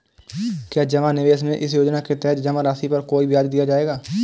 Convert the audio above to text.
क्या जमा निवेश में इस योजना के तहत जमा राशि पर कोई ब्याज दिया जाएगा?